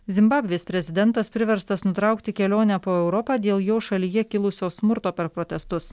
zimbabvės prezidentas priverstas nutraukti kelionę po europą dėl jo šalyje kilusio smurto per protestus